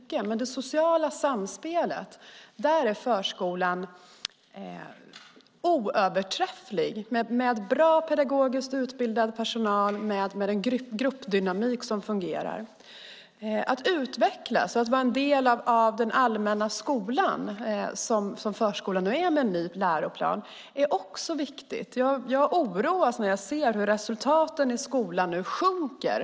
Men när det gäller det sociala samspelet är förskolan oöverträfflig med en bra pedagogiskt utbildad personal och med en gruppdynamik som fungerar. Att utvecklas och att vara en del av den allmänna skolan, som ju förskolan nu är med den nya läroplanen, är också viktigt. Jag blir oroad när jag ser hur resultaten i skolan nu sjunker.